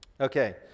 Okay